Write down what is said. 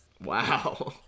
wow